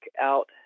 out